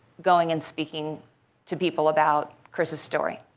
going and speaking to people about chris' story.